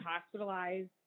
hospitalized